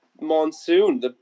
monsoon